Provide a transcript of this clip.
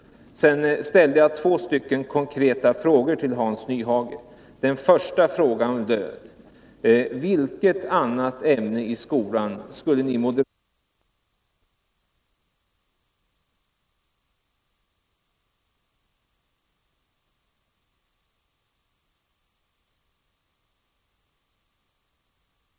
Jag ställde två konkreta frågor till Hans Nyhage. Den första frågan löd: ZH Vilket annat ämne i skolan skulle ni moderater kunna behandla på samma sätt som ni behandlar ämnet hemspråk i er partimotion 2018? Om hemspråksundervisningen ökar och fler ungdomar får möjlighet att delta i den, då ökar givetvis de statliga kostnaderna. Då blir den andra frågan: Är det en bra eller en dålig utveckling? De två raka frågorna borde jag kunna få ett svar på av Hans Nyhage.